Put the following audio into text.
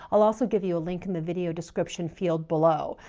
i'll also give you a link in the video description field below.